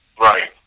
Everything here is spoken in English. Right